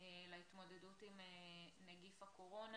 להתמודדות עם נגיף הקורונה.